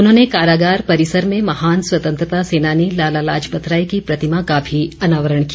उन्होंने कारागार परिसर में महान स्वतंत्रता सेनानी लाला लाजपत राय की प्रतिमा का भी अनावरण किया